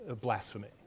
blasphemy